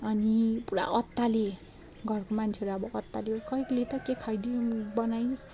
अनि पुरा अत्तालिएँ घरको मान्छेहरू अब अत्तालियो खै ले त के खाइदिउँ बनाइस्